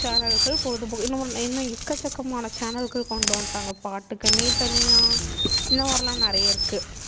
சேனல்கள் பொழுதுபோக்கு இன்னும் இன்னும் எக்கச்சக்கமான சேனல்கள் கொண்டு வந்துட்டாங்க பாட்டுக்குனே தனியாக இந்த மாதிரிலாம் நிறைய இருக்குது